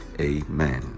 amen